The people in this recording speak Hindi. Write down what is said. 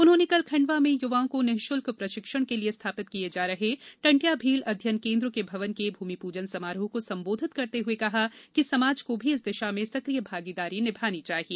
उन्होंने कल खंडवा में युवाओं को निःशुल्क प्रशिक्षण के लिए स्थापित किये जा रहे टंट्या भील अध्ययन केन्द्र के भवन के भूमिपूजन समारोह को संबोधित करते हुए कहा कि समाज को भी इस दिशा में सक्रिय भागीदारी निभानी चाहिए